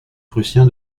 prussien